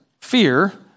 fear